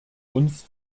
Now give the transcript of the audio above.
uns